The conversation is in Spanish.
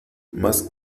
más